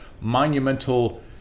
Monumental